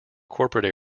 corporate